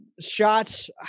shots